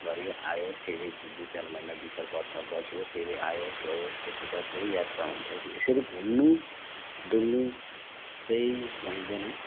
गऱ्यो आयो फेरि दुईचार महिना दुईचार बर्ष बस्यो फेरि आयो गयो त्यसो गर्दै यात्रा हुन्छ यसरी घुम्नु डुल्नु चाहिँ जाइँदैन